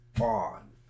on